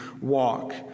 walk